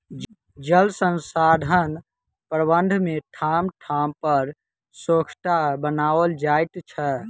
जल संसाधन प्रबंधन मे ठाम ठाम पर सोंखता बनाओल जाइत छै